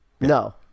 No